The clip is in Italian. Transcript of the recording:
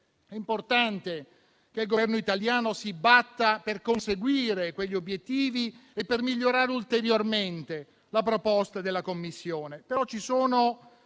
è importante che il Governo italiano si batta per conseguire quegli obiettivi e per migliorare ulteriormente la proposta della Commissione,